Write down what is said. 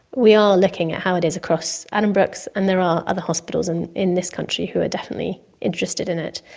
we are looking at how it is across addenbrookes and there are other hospitals and in this country who are definitely interested in it.